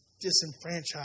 disenfranchised